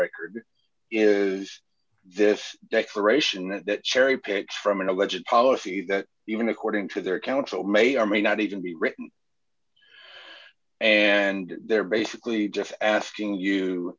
record is this declaration that cherry picked from an alleged policy that even according to their counsel may or may not even be written and they're basically just asking you